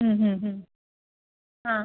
ആ